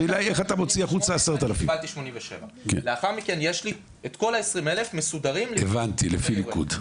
השאלה היא איך אתה מוציא החוצה 10,000. לאחר מכן יש לי 20,000 מסודרים לפי ניקוד.